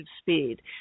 speed